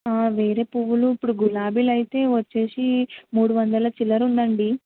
వేరే పువ్వులు ఇప్పుడు గులాబీలు అయితే వచ్చేసి మూడు వందల చిల్లర ఉందండి